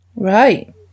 right